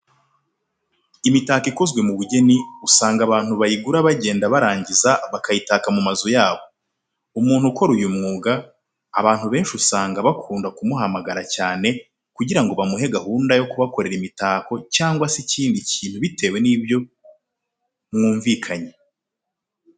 Imitako ikozwe mu bugeni usanga abantu bayigura bagenda barangiza bakayitaka mu mazu yabo. Umuntu ukora uyu mwuga abantu benshi usanga bakunda kumuhamagara cyane kugira ngo bamuhe gahunda yo kubakorera imitako cyangwa se ikindi kintu bitewe n'ibyo mwumvikanye.